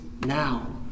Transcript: now